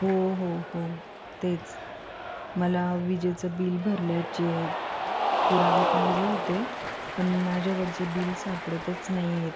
हो हो हो तेच मला विजेचं बिल भरल्याचे पुरावे पाहिजे होते पण माझ्याकडचे बिल सापडतच नाहीयेत